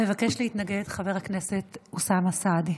מבקש להתנגד, חבר הכנסת אוסאמה סעדי.